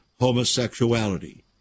homosexuality